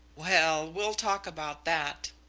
well, we'll talk about that,